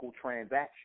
transaction